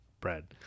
bread